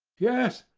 yes,